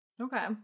okay